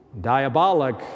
Diabolic